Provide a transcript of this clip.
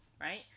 right